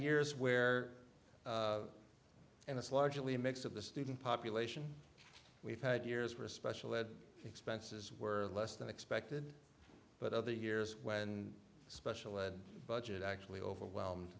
years where and it's largely a mix of the student population we've had years for a special ed expenses were less than expected but other years when special ed budget actually overwhelmed